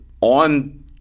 on